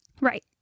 Right